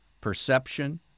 perception